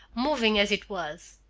moving as it was.